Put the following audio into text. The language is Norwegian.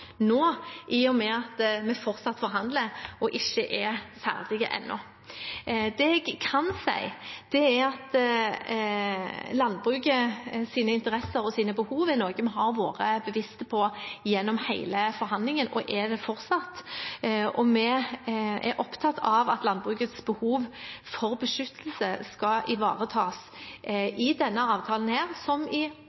nå, i og med at vi fortsatt forhandler og ikke er ferdige ennå. Det jeg kan si, er at landbrukets interesser og behov er noe vi har vært bevisst på gjennom hele forhandlingen, og vi er det fortsatt. Vi er opptatt av at landbrukets behov for beskyttelse skal ivaretas